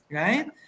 right